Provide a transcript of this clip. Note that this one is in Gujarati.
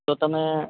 તો તમે